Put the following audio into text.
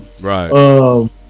right